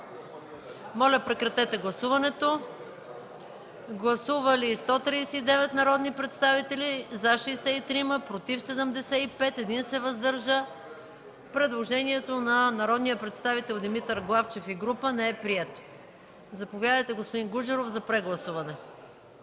3, неподкрепено от комисията. Гласували 139 народни представители: за 63, против 75, въздържал се 1. Предложението на народния представител Димитър Главчев и група не е прието. Заповядайте, господин Гуджеров, за прегласуване.